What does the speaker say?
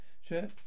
Sure